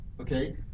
okay